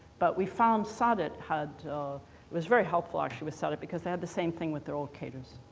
but we found sadet had it was very helpful, actually, with sadet, because they had the same thing with their old cadres,